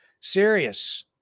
serious